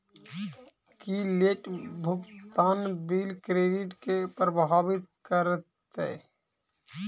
की late भुगतान bill credit केँ प्रभावित करतै?